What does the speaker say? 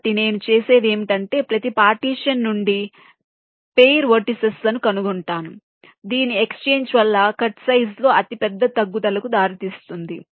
కాబట్టి నేను చేసేది ఏమిటంటే ప్రతి పార్టీషన్ నుండి జత వెర్టిసిస్ లను కనుగొంటాము దీని ఎక్స్చేంజ్ వల్ల కట్ సైజ్ లో అతిపెద్ద తగ్గుదలకు దారితీస్తుంది